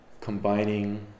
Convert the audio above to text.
combining